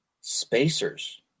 spacers